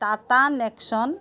Tata Nexon